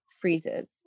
freezes